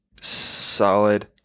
solid